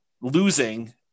losing